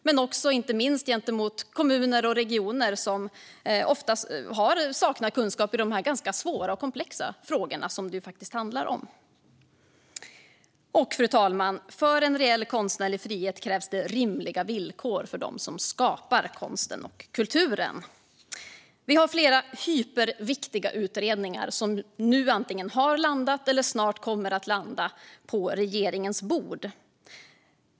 Men det handlar också om kommuner och regioner, som ofta saknar kunskap i de ganska svåra och komplexa frågor som det faktiskt handlar om. Fru talman! För en reell konstnärlig frihet krävs det rimliga villkor för dem som skapar konsten och kulturen. Vi har flera hyperviktiga utredningar som antigen har landat eller snart kommer att landa på regeringens bord.